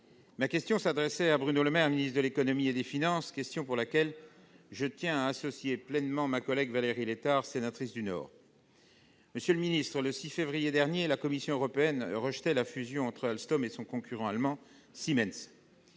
Ma question s'adressait à M. Bruno Le Maire, ministre de l'économie et des finances. Je tiens à y associer pleinement ma collègue Valérie Létard, sénatrice du Nord. Le 6 février dernier, la Commission européenne rejetait la fusion entre Alstom et son concurrent allemand, Siemens.